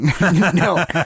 No